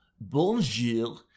Bonjour